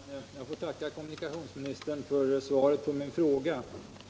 Herr talman! Jag får tacka kommunikationsministern för svaret på min fråga.